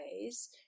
ways